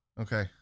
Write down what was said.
Okay